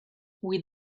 with